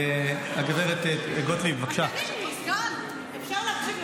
אני צריכה לסבול כאן, מירב?